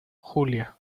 julia